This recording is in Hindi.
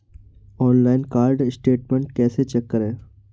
ऑनलाइन कार्ड स्टेटमेंट कैसे चेक करें?